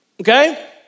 okay